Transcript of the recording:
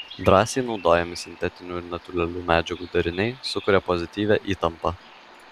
drąsiai naudojami sintetinių ir natūralių medžiagų deriniai sukuria pozityvią įtampą